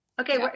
Okay